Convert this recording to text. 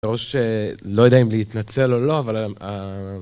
או ש... לא יודע אם להתנצל או לא, אבל ה...